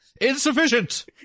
Insufficient